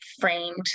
framed